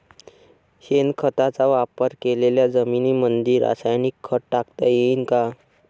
शेणखताचा वापर केलेल्या जमीनीमंदी रासायनिक खत टाकता येईन का?